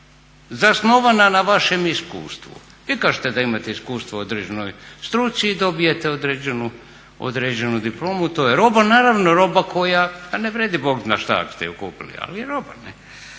zasnovana na vašem iskustvu. Vi kažete da imate iskustva u određenoj struci i dobijete određenu diplomu. To je roba, naravno roba koja ne vrijedi bog zna šta ako ste ju kupili, ali je roba.